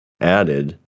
added